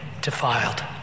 defiled